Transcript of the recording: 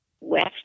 west